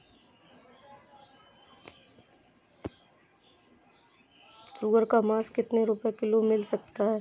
सुअर का मांस कितनी रुपय किलोग्राम मिल सकता है?